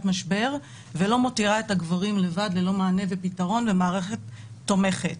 משבר ולא מותירה את הגברים לבד ללא מענה ופתרון ומערכת תומכת.